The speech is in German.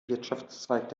wirtschaftszweig